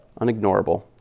unignorable